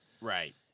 Right